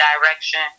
direction